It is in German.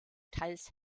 teils